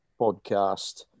podcast